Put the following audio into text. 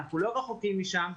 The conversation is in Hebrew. אנחנו לא רחוקים משם.